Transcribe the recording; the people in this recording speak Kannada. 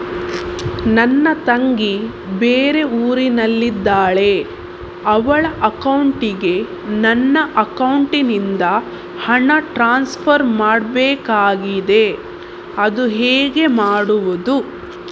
ನನ್ನ ತಂಗಿ ಬೇರೆ ಊರಿನಲ್ಲಿದಾಳೆ, ಅವಳ ಅಕೌಂಟಿಗೆ ನನ್ನ ಅಕೌಂಟಿನಿಂದ ಹಣ ಟ್ರಾನ್ಸ್ಫರ್ ಮಾಡ್ಬೇಕಾಗಿದೆ, ಅದು ಹೇಗೆ ಮಾಡುವುದು?